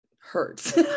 hurts